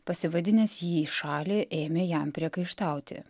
pasivadinęs jį į šalį ėmė jam priekaištauti